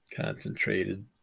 concentrated